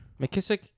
McKissick